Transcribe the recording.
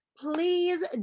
Please